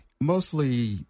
Mostly